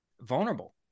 vulnerable